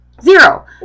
zero